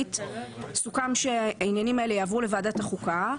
סוכם שהעניינים האלה יעברו לוועדת החוקה,